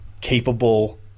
capable